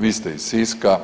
Vi ste iz Siska,